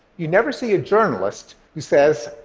you never see a journalist who says,